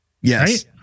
Yes